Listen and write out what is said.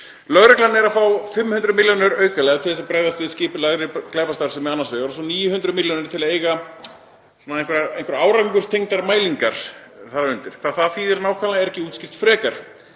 Lögreglan er að fá 500 milljónir aukalega til að bregðast við skipulagðri glæpastarfsemi annars vegar og svo 900 milljónir til að eiga einhverjar árangurstengdar mælingar þar undir. Hvað það þýðir nákvæmlega er ekki útskýrt frekar